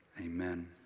amen